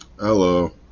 Hello